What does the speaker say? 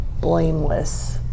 blameless